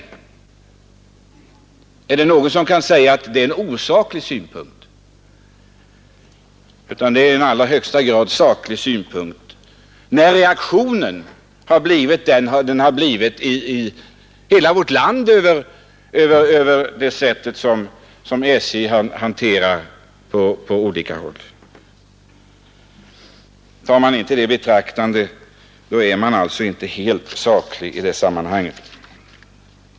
Är det någon som vågar säga att den synpunkten är osaklig? Det hör i allra högsta grad till saken när reaktionen har blivit som den blivit i hela vårt land inför SJ:s sätt att hantera de här frågorna på olika håll. Men tar man allmänhetens synpunkt i betraktande är man alltså inte helt saklig.